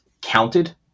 counted